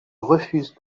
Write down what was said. refuse